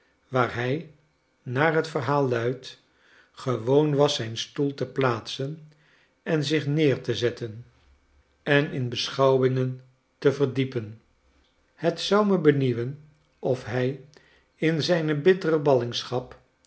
waar hij naar het verhaal luidt gewoon was zijn stoel te plaatsen en zich neer te zetten en in beschouwingen te verdiepen het zou me benieuwen of hij in zijne